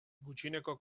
gutxieneko